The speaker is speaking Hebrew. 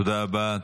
תודה רבה.